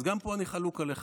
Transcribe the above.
אז גם פה אני חלוק עליך.